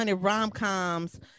rom-coms